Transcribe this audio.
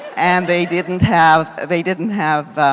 and they didn't have, they didn't have,